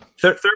third